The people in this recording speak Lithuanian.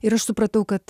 ir aš supratau kad